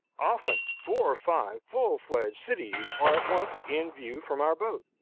often, four or five full-fledged cities are at once in view from our boat,